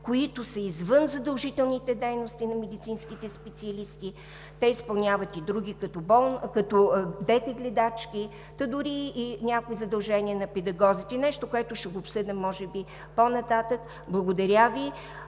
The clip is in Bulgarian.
които са извън задължителните дейности на медицинските специалисти, те изпълняват и други – като детегледачки, та дори и някои задължения на педагозите – нещо, което ще го обсъдя може би по-нататък. Мисля,